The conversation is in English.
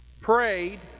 Prayed